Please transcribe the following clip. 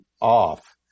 off